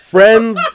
Friends